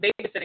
babysitting